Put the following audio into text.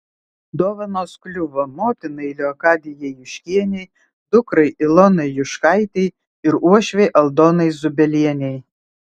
dovanos kliuvo motinai leokadijai juškienei dukrai ilonai juškaitei ir uošvei aldonai zubelienei